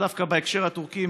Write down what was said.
דווקא בהקשר הטורקי,